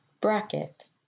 bracket